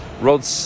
Rod